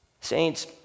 Saints